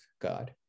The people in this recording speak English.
God